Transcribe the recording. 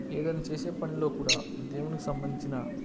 ఏదైనా చేసే పనిలో కూడా దేవునికి సంబంధించిన